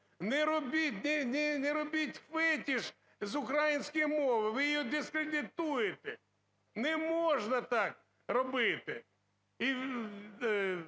не робіть фетиш з української мови, ви її дискредитуєте. Не можна так робити.